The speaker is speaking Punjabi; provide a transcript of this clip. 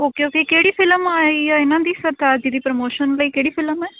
ਓਕੇ ਓਕੇ ਕਿਹੜੀ ਫਿਲਮ ਆਈ ਆ ਇਹਨਾਂ ਦੀ ਸਰਤਾਜ ਜੀ ਦੀ ਪ੍ਰਮੋਸ਼ਨ ਲਈ ਕਿਹੜੀ ਫਿਲਮ ਹੈ